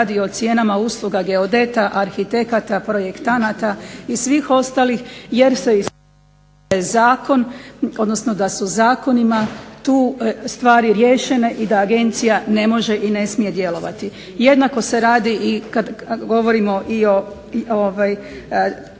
radi o cijenama usluga geodeta, arhitekata, projektanata i svih ostalih jer se ispostavilo da je zakon, odnosno da su zakonima tu stvari riješene i da agencija ne može i ne smije djelovati. Jednako se radi i kad govorimo i o